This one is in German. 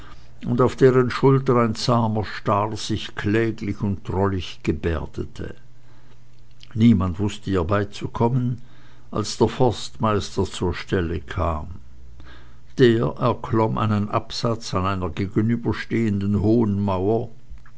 und auf deren schulter ein zahmer star sich kläglich und drollig gebärdete niemand wußte ihr beizukommen als der forstmeister zur stelle kam der erklomm einen absatz an einer gegenüberstehenden hohen mauer